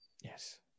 yes